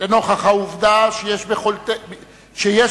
לנוכח העובדה שיש ביכולתנו,